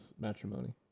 matrimony